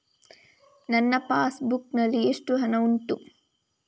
ನನ್ನ passbook ನಲ್ಲಿ ಎಷ್ಟು ಹಣ ಉಂಟು?